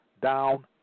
down